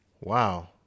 Wow